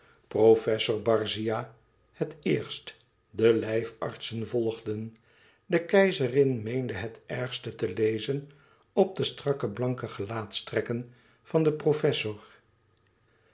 professor barzia het eerst de lijfartsen volgden de keizerin meende het ergste te lezen op de strakke blanke gelaatstrekken van den professor